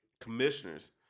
commissioners